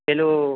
પેલું